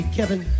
Kevin